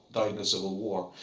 died in a civil war.